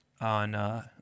on